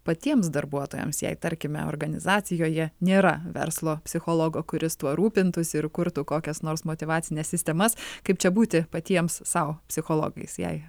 patiems darbuotojams jei tarkime organizacijoje nėra verslo psichologo kuris tuo rūpintųsi ir kurtų kokias nors motyvacines sistemas kaip čia būti patiems sau psichologais jei